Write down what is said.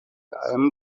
allem